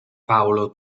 paolo